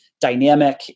dynamic